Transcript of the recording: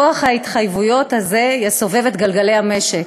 וכוח ההתחייבות הזה יסובב את גלגלי המשק.